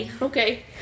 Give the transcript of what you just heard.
Okay